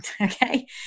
Okay